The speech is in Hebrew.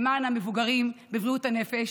למען המבוגרים בבריאות הנפש,